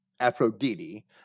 Aphrodite